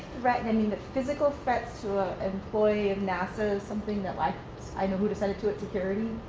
i mean the physical threats to an employee of nasa is something that like i know who to send it to at security.